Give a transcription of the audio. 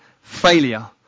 failure